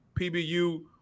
PBU